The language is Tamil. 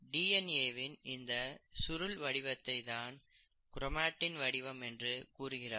டிஎன்ஏ வின் இந்த சுருள் வடிவத்தை தான் கிரோமேடின் வடிவம் என்று கூறுகிறார்கள்